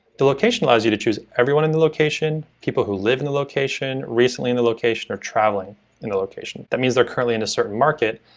the location allows you to choose everyone in the location people who live in the location, recently in the location or traveling in a location. that means they're currently in a certain market,